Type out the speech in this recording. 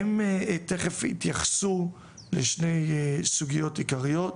הם תיכף יתייחסו לשתי סוגיות עיקריות,